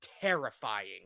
terrifying